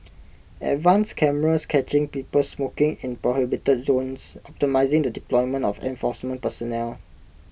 advanced cameras catching people smoking in prohibited zones optimising the deployment of enforcement personnel